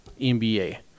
NBA